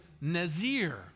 nazir